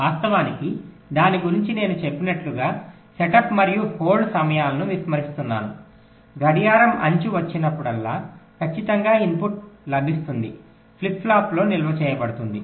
వాస్తవానికి దాని గురించి నేను చెప్పినట్లుగా సెటప్ మరియు హోల్డ్ సమయం పరిగణనలోకి తీసుకోవలసి ఉంది కానీ ప్రస్తుతానికి నేను సెటప్ను మరియు హోల్డ్ సమయాలను విస్మరిస్తున్నాను గడియారం అంచు వచ్చినప్పుడల్లా ఖచ్చితంగా ఇన్పుట్ లభిస్తుంది ఫ్లిప్ ఫ్లాప్లో నిల్వ చేయబడుతుంది